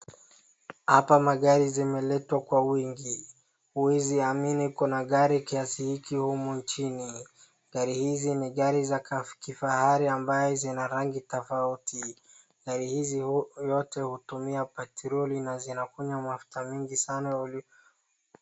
Hapa magari zimeletwa kwa wingi huwezi amini kuna gari kiasi hiki humu nchini. Gari hizi ni gari za kifahari ambaye zina rangi tofauti. Gari hizi yote hutumia petroli na zinakunywa mafuta mingi sana ulimwenguni.